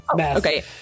Okay